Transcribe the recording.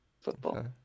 football